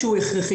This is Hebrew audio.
קרוב